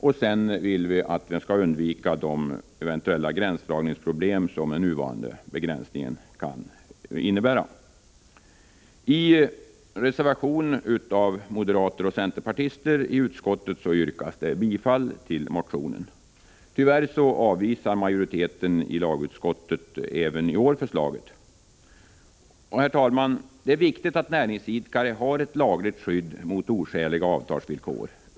Vidare vill vi att man skall undvika de eventuella gränsdragningsproblem som den nuvarande utformningen av lagen kan innebära. I en reservation av moderater och centerpartister till utskottets betänkande yrkas bifall till denna motion. Tyvärr avvisar lagutskottets majoritet förslaget även i år. Herr talman! Det är viktigt att näringsidkare har ett lagligt skydd mot oskäliga avtalsvillkor.